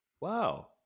Wow